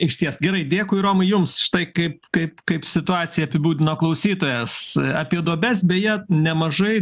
išties gerai dėkui romai jums štai kaip kaip kaip situaciją apibūdino klausytojas apie duobes beje nemažai